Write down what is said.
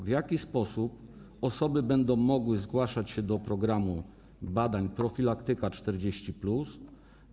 W jaki sposób osoby będą mogły zgłaszać się do programu badań „Profilaktyka 40+”